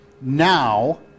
now